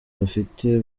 bafite